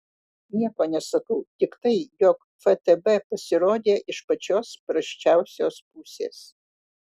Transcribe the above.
nieko nesakau tik tai jog ftb pasirodė iš pačios prasčiausios pusės